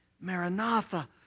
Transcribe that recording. Maranatha